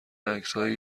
عکسهای